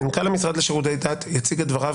מנכ"ל המשרד לשירותי דת יציג את דבריו,